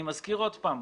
אני מזכיר עוד פעם,